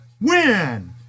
win